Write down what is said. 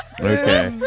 Okay